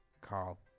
carl